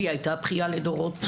והיא הייתה בכייה לדורות.